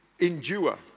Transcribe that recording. endure